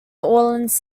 orleans